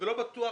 יהיה.